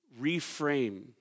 reframe